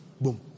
boom